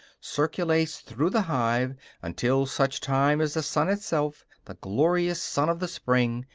circulates through the hive until such time as the sun itself, the glorious sun of the spring,